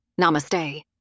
Namaste